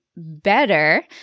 better